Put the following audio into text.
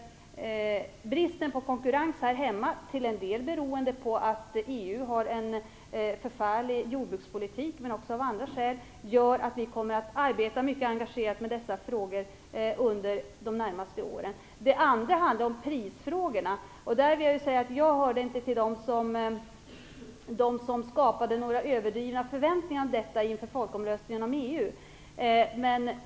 Bristen på konkurrens här hemma - till en del beroende på att EU har en förfärlig jordbrukspolitik, men också på andra skäl - gör att vi kommer att arbeta mycket engagerat med dessa frågor under de närmaste åren. Den andra frågan är prisfrågan. Jag hörde inte till dem som skapade några överdrivna förväntningar inför folkomröstningen om EU.